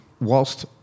whilst